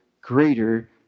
greater